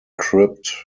crypt